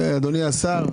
אדוני השר,